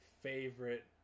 favorite